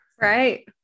Right